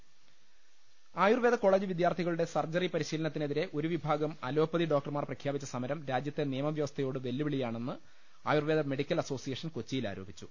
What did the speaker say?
ലലലലലലലലലലലലല ആയുർവേദ കോളജ് വിദ്യാർത്ഥികളുടെ സർജറി പരിശീലനത്തിനെതിരെ ഒരു വിഭാഗം അലോപ്പതി ഡോക്ടർമാർ പ്രഖ്യാപിച്ച സമരം രാജ്യത്തെ നിയമ വൃ വസ്ഥ യോട് വെല്ലു വിളി യാണെന്ന് ആയുർവേദ മെഡിക്കൽ അസോസിയേഷൻ കൊച്ചിയിൽ ആരോപിച്ചു